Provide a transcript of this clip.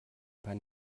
paar